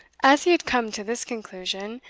as he had come to this conclusion,